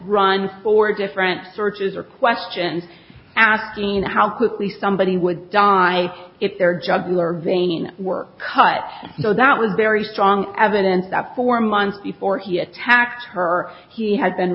run four different sources are question asking how quickly somebody would die if their juggler vein worked cut though that was very strong evidence that four months before he attacked her he had been